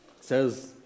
says